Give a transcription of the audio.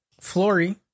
Flory